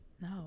No